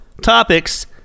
topics